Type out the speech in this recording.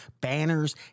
banners